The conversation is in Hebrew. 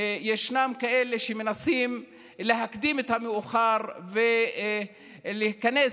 ישנם כאלה שמנסים להקדים את המאוחר ולהיכנס